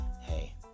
hey